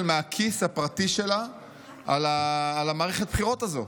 מהכיס הפרטי שלה על מערכת הבחירות הזו.